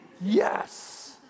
yes